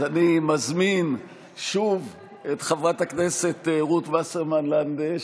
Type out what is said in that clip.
אז אני מזמין שוב את חברת הכנסת רות וסרמן לנדה,